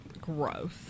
Gross